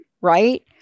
right